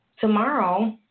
tomorrow